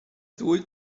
ddwy